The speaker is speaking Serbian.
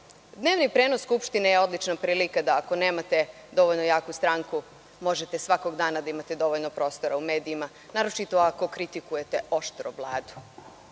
poene. Dnevni prenos Skupštine je odlična prilika da ako nemate dovoljno jaku stranku možete svakog dana da imate dovoljno prostora u medijima, naročito ako kritikujete oštro Vladu.